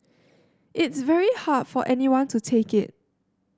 it's very hard for anyone to take it